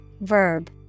verb